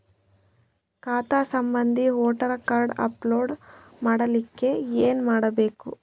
ಖಾತಾ ಸಂಬಂಧಿ voter card upload ಮಾಡಲಿಕ್ಕೆ ಏನ ಮಾಡಬೇಕು?